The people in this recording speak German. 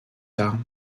dar